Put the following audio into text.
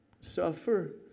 suffer